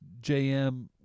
JM